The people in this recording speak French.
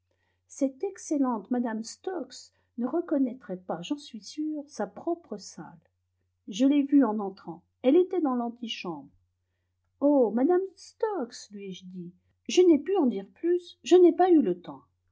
cette excellente mme stokes ne reconnaîtrait pas j'en suis sûre sa propre salle je l'ai vue en entrant elle était dans l'antichambre oh madame stokes lui ai-je dit je n'ai pu en dire plus je n'ai pas eu le temps